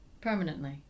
permanently